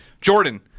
Jordan